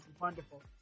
wonderful